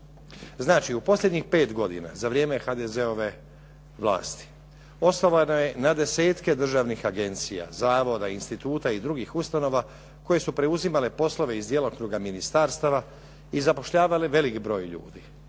Znači u posljednjih 5 godina za vrijeme HDZ-ove vlasti osnovano je na desetke državnih agencija, zavoda, instituta i drugih ustanova koje su preuzimale poslove iz djelokruga ministarstava i zapošljavale velik broj ljudi